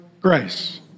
grace